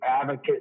advocate